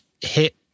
hit